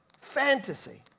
Fantasy